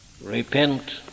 Repent